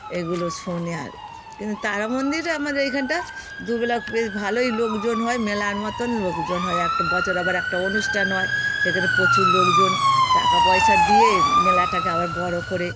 এগুলো শোনে আর কিন্তু তারা মন্দির আমাদের এইখানটা দু বেলা বেশ ভালোই লোকজন হয় মেলার মতন লোকজন হয় একটা বছর আবার একটা অনুষ্ঠান হয় সেখানে প্রচুর লোকজন টাকা পয়সা দিয়ে মেলাটাকে আবার বড় করে